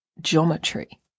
geometry